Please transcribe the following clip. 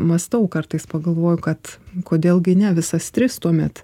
mąstau kartais pagalvoju kad kodėl gi ne visas tris tuomet